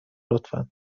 لطفا